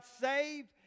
saved